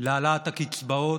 להעלאת הקצבאות,